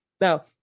now